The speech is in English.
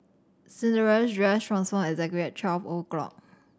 Cinderella's dress transformed exactly at twelve o'clock